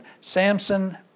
Samson